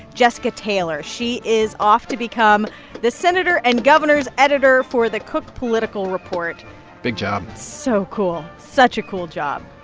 jessica taylor. she is off to become the senator and governor's editor for the cook political report big job so cool, such a cool job.